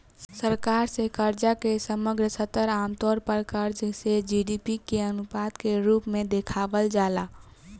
सरकार से कर्जा के समग्र स्तर आमतौर पर कर्ज से जी.डी.पी के अनुपात के रूप में देखावल जाला